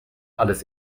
alles